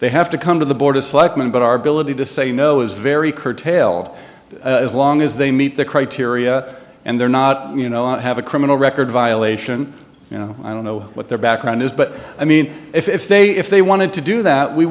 they have to come to the board of selectmen but our ability to say no is very curtailed as long as they meet the criteria and they're not you know and have a criminal record violation you know i don't know what their background is but i mean if they if they wanted to do that we